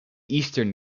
eastern